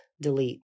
Delete